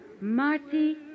Marty